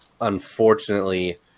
Unfortunately